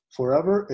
Forever